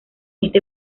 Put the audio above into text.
este